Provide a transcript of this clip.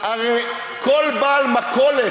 הרי כל בעל מכולת,